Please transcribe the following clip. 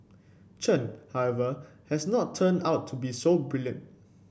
Chen however has not turned out to be so brilliant